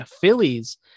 Phillies